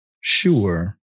Sure